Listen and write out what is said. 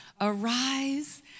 Arise